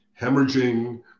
hemorrhaging